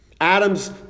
Adam's